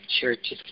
churches